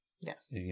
Yes